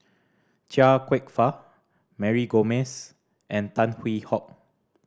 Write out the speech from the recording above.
Chia Kwek Fah Mary Gomes and Tan Hwee Hock